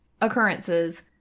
occurrences